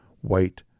white